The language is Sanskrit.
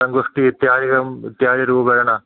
सङ्गोष्ठी इत्यादिकम् इत्यादिरूपेण